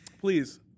Please